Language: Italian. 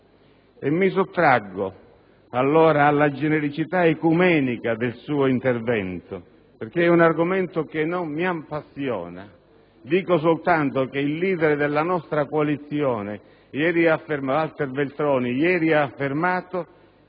Mi sottraggo allora alla genericità ecumenica del suo intervento, perché è un argomento che non mi appassiona. Dico soltanto che il *leader* della nostra coalizione, Walter Veltroni, ieri ha affermato: